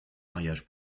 mariage